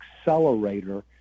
accelerator